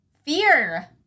Fear